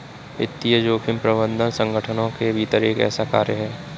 वित्तीय जोखिम प्रबंधन संगठनों के भीतर एक ऐसा कार्य है